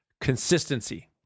consistency